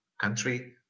country